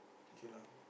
okay lah